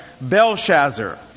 Belshazzar